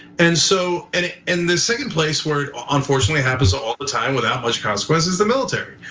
and so and ah in the second place where unfortunately happens all the time without much consequences is the military.